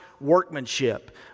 workmanship